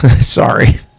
Sorry